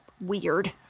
weird